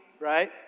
right